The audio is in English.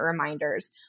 reminders